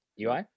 UI